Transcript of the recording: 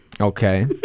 Okay